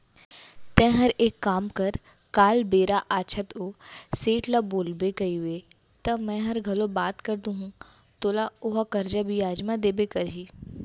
तैंहर एक काम कर काल बेरा आछत ओ सेठ ल बोलबे कइबे त मैंहर घलौ बात कर दूहूं तोला ओहा करजा बियाज म देबे करही